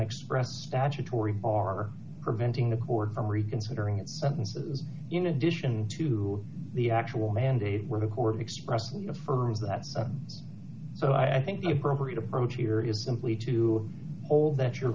express statutory are preventing the court from reconsidering its sentences in addition to the actual mandate where the court expressly affirmed that so i think the appropriate approach here is simply to hold that your